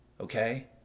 Okay